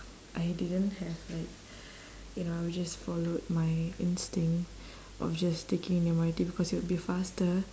I didn't have like you know I would just followed my instinct of just taking the M_R_T because it would be faster